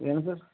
ಏನು ಸರ್